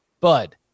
Bud